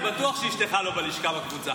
ארז, אצלך אני בטוח שאשתך לא בלשכה בקבוצה.